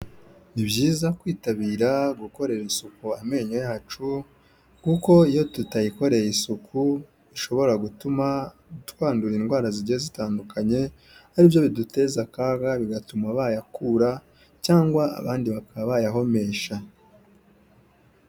Ni byiza kwitabira gukorera isuku amenyo yacu, kuko iyo tutayakoreye isuku bishobora gutuma twandura indwara zigiye zitandukanye, aribyo biduteza akaga bigatuma bayakura cyangwa abandi bakaba bayahomesha.